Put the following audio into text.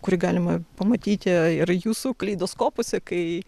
kurį galima pamatyti ir jūsų kaleidoskopuose kai